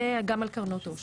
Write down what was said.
וגם על קרנות עושר,